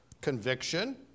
Conviction